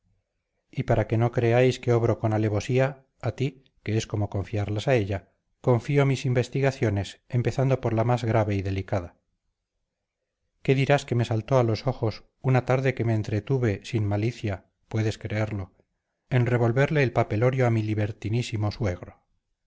y para que no creáis que obro con alevosía a ti que es como confiarlas a ella confío mis investigaciones empezando por la más grave y delicada qué dirás que me saltó a los ojos una tarde que me entretuve sin malicia puedes creerlo en revolverle el papelorio a mi libertinísimo suegro